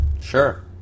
Sure